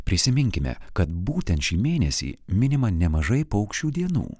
prisiminkime kad būtent šį mėnesį minima nemažai paukščių dienų